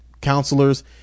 counselors